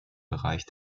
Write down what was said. bereich